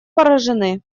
поражены